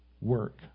work